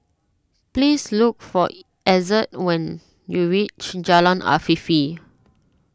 please look for Ezzard when you reach Jalan Afifi